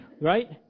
right